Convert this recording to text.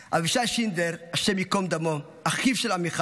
אבישי שינדלר, השם ייקום דמו, אחיו של עמיחי,